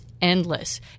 endless